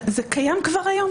זה קיים כבר היום.